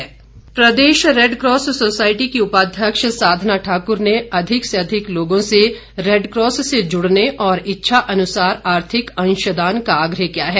red cross प्रदेश Red Cross society की उपाध्यक्ष साधना ठाक्र ने अधिक से अधिक लोगों से रेडकॉस से जुड़ने और इच्छा अनुसार आर्थिक अंशदान का आग्रह किया है